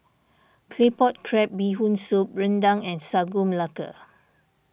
Claypot Crab Bee Hoon Soup Rendang and Sagu Melaka